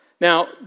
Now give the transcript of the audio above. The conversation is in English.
Now